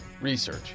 research